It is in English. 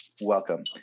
Welcome